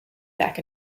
back